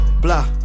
Blah